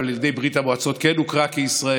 על ידי ברית המועצות היא כן הוכרה כישראל,